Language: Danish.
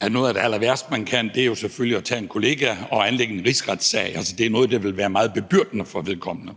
at noget af det allerværste, man kan, jo selvfølgelig vil være at anlægge en rigsretssag over for en kollega, altså, det er noget, der vil være meget bebyrdende for vedkommende.